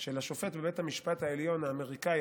של השופט האמריקאי בבית המשפט האמריקאי,